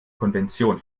konvention